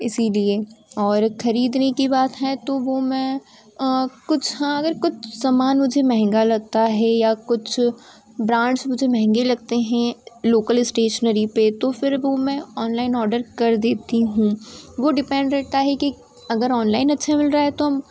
इसलिए और खरीदने की बात है तो वो मैं कुछ हाँ अगर कुछ सम्मान मुझे महंगा लगता हे या कुछ ब्रांड्स मुझे महंगे लगते हैं लोकल इस्टेसनरी पर तो फिर वो मैं ऑनलाइन औडर कर देती हूँ वो डिपेंड रहता है कि अगर ऑनलाइन अच्छा मिल रहा है तो हम